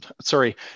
sorry